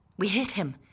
we hit him,